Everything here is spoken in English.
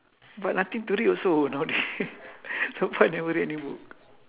but nothing to read also nowadays so far never read any book